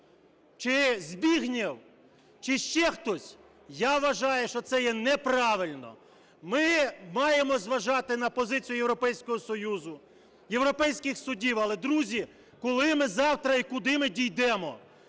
чи Збіґнєв, чи ще хтось, я вважаю, що це є неправильно. Ми маємо зважати на позицію Європейського Союзу, європейських судів, але, друзі, коли ми завтра і куди ми дійдемо,